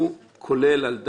הוא כולל גם את